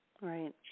Right